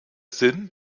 sinn